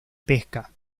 pesca